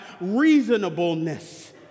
reasonableness